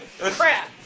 Crap